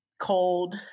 cold